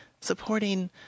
supporting